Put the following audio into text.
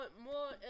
more